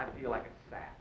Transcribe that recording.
i feel like that